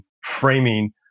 framing